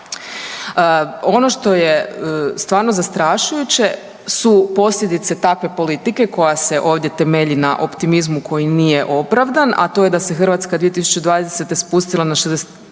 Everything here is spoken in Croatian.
Ono što je stvarno zastrašujuće su posljedice takve politike koja se ovdje temelji na optimizmu koji nije opravdan, a to je da se Hrvatska 2020. spustila na 64%